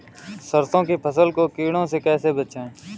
सरसों की फसल को कीड़ों से कैसे बचाएँ?